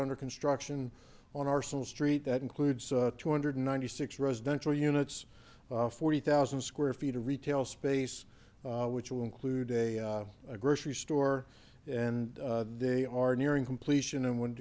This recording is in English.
under construction on arsenal street that includes two hundred ninety six residential units forty thousand square feet of retail space which will include a grocery store and they are nearing completion and wouldn't